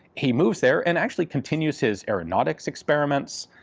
he moves there and actually continues his aeronautics experiments,